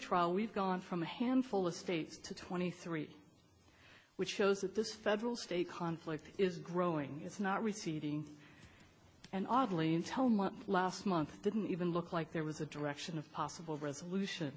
trial we've gone from a handful of states to twenty three which shows that this federal state conflict is growing it's not receding and oddly in tone what last month didn't even look like there was a direction of possible resolution